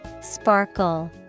Sparkle